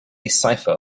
cipher